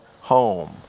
home